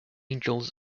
angels